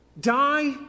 die